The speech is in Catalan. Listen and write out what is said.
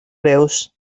greus